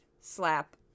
slap